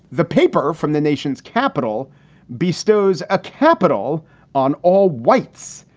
the paper from the nation's capital bestows a capital on all whites.